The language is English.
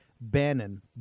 Bannon